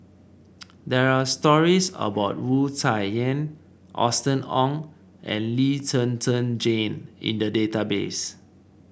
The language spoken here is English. there are stories about Wu Tsai Yen Austen Ong and Lee Zhen Zhen Jane in the database